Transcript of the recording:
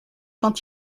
quand